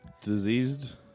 diseased